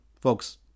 Folks